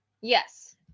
Yes